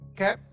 Okay